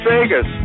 Vegas